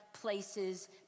places